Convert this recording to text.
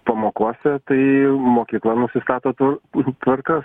pamokose tai mokykla nusistato tv tvarkas